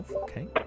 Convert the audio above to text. okay